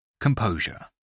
composure